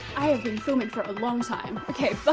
i have been filming for a long time! ok bye!